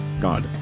God